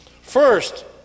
First